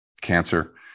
cancer